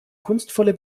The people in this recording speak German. kunstvolle